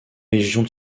légions